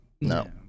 No